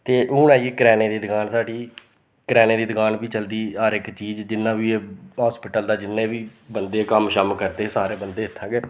ते हून आई गेई करेआने दी दकान साढ़ी करेआने दी दकान बी चलदी हर इक चीज़ जिन्ना बी हास्पिटल दा जिन्ने बी बंदे कम्म शम्म करदे सारे बंदे इत्थें गै